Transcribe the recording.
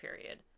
period